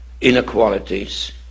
inequalities